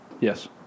Yes